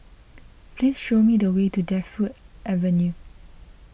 please show me the way to Defu Avenue